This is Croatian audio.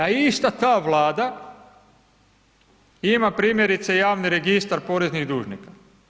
A ista ta Vlada ima primjerice javni registar poreznih dužnika.